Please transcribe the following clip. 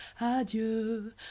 adieu